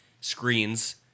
screens